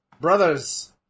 brothers